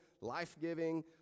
life-giving